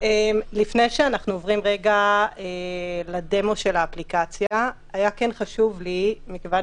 לפני שנעבור לדמו של האפליקציה היה חשוב לי כיוון